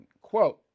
Quote